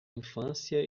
infância